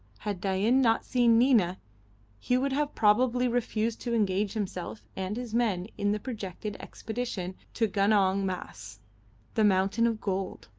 had dain not seen nina he would have probably refused to engage himself and his men in the projected expedition to gunong mas the mountain of gold.